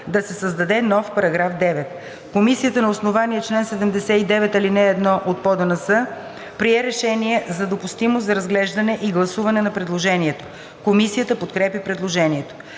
да се създаде нов § 9. Комисията на основание чл. 79, ал. 1 от ПОДНС прие решение за допустимост за разглеждане и гласуване на предложението. Комисията подкрепя предложението.